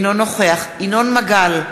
אינו נוכח ינון מגל,